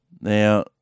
Now